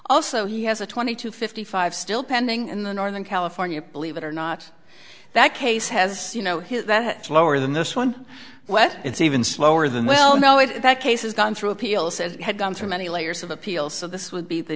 also he has a twenty two fifty five still pending in the northern california believe it or not that case has you know hit that slower than this one well it's even slower than well no if that case has gone through appeal says it had gone through many layers of appeals so this would be the